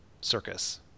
circus